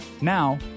Now